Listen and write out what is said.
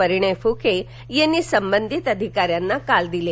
परिणय फुके यांनी संबंधित अधिकाऱ्यांना काल दिले